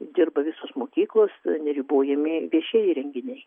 dirba visos mokyklos neribojami viešieji renginiai